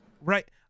Right